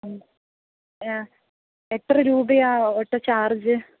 ആ എത്ര രൂപയെ ഓട്ടോ ചാർജ്ജ്